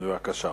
בבקשה.